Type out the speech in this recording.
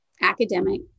academic